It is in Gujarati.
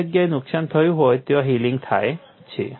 જે જગ્યાએ નુકસાન થયું હોય ત્યાં હીલિંગ થાય છે